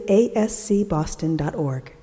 ASCBoston.org